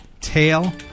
tail